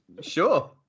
Sure